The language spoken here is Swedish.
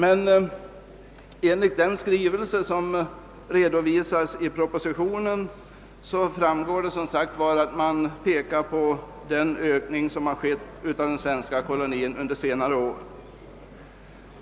Av den skrivelse som förefinns i propositionen framgår dock som sagt, att man pekar på att den svenska kolonin har vuxit under senare år.